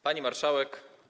Pani Marszałek!